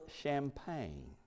champagne